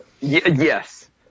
Yes